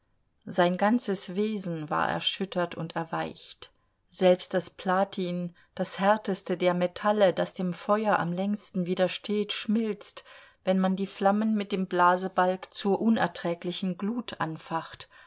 sein ganzes wesen war erschüttert und erweicht selbst das platin das härteste der metalle das dem feuer am längsten widersteht schmilzt wenn man die flammen mit dem blasebalg zur unerträglichen glut anfacht